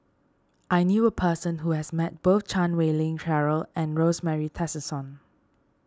I knew a person who has met both Chan Wei Ling Cheryl and Rosemary Tessensohn